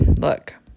look